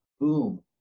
Boom